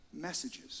messages